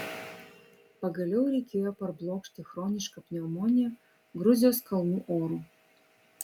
pagaliau reikėjo parblokšti chronišką pneumoniją gruzijos kalnų oru